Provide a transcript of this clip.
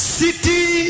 city